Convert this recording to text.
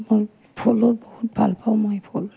মোৰ ফুলৰ বহুত ভাল পাওঁ মই ফুল